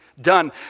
done